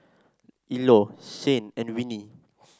Ilo Shane and Winnie